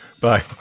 Bye